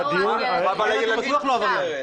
אריאל..